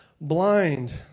blind